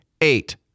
eight